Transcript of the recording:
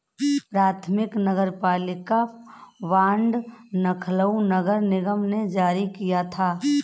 प्रथम नगरपालिका बॉन्ड लखनऊ नगर निगम ने जारी किया था